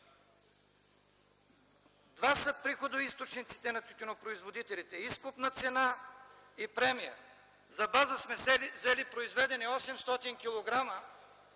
Два са приходоизточниците на тютюнопроизводителите – изкупна цена и премия. За база сме взели произведени 800 кг,